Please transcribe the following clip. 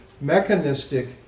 mechanistic